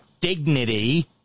dignity